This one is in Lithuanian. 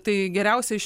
tai geriausia iš